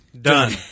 Done